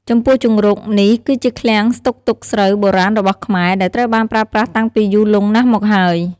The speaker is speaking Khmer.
ចំពោះជង្រុក នេះគឺជាឃ្លាំងស្តុកទុកស្រូវបុរាណរបស់ខ្មែរ ដែលត្រូវបានប្រើប្រាស់តាំងពីយូរលង់ណាស់មកហើយ។